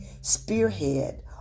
spearhead